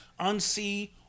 unsee